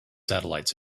satellites